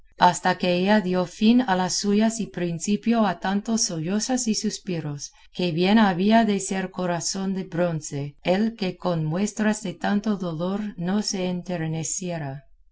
hasta que ella dio fin a las suyas y principio a tantos sollozos y suspiros que bien había de ser corazón de bronce el que con muestras de tanto dolor no se